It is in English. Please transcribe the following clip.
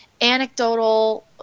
anecdotal